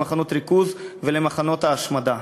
למחנות ריכוז ולמחנות ההשמדה.